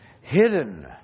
hidden